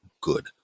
good